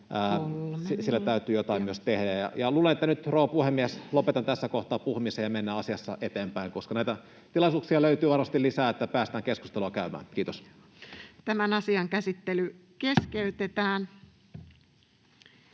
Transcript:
sille täytyy jotain myös tehdä. — Ja luulen, että nyt, rouva puhemies, lopetan tässä kohtaa puhumisen, ja mennään asiassa eteenpäin, koska näitä tilaisuuksia löytyy varmasti lisää, että päästään keskustelua käymään. — Kiitos.